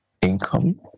income